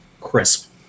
crisp